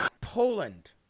Poland